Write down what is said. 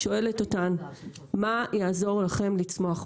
אני שואלת אותן מה יעזור לכן לצמוח?